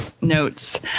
notes